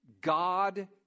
God